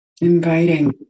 Inviting